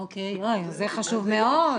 אוקיי, זה חשוב מאוד.